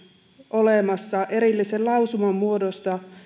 olemassa erillisen lausuman muodossa